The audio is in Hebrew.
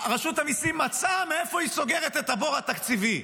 רשות המיסים מצאה מאיפה היא סוגרת את הבור התקציבי.